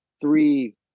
three